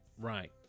right